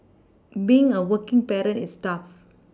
being a working parent is tough